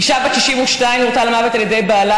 אישה בת 62 נורתה למוות על ידי בעלה,